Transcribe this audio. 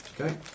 Okay